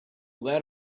that